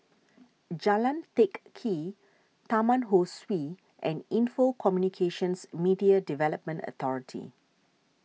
Jalan Teck Kee Taman Ho Swee and Info Communications Media Development Authority